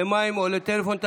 למים או לטלפון),